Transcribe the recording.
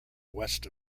west